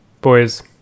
boys